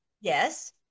Yes